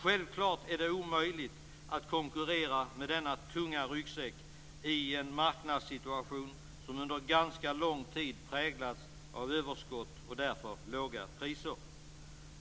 Självklart är det omöjligt att konkurrera med denna tunga ryggsäck i en marknadssituation som under en ganska lång tid har präglats av överskott, och därför låga priser.